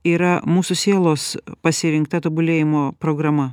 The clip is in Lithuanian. yra mūsų sielos pasirinkta tobulėjimo programa